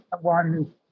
one